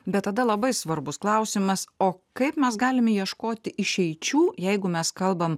bet tada labai svarbus klausimas o kaip mes galime ieškoti išeičių jeigu mes kalbam